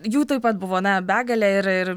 jų taip pat buvo na begalę ir ir